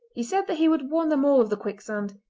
he said that he would warn them all of the quicksand,